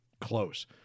close